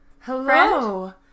Hello